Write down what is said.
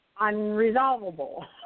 unresolvable